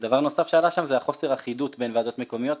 דבר נוסף שעלה שם זה חוסר האחידות בין ועדות מקומיות,